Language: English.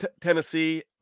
Tennessee